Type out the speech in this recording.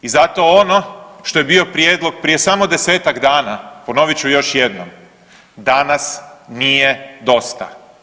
I zato ono što je bio prijedlog prije samo 10-ak dana, ponovit ću još jednom, danas nije dosta.